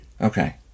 Okay